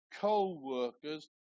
co-workers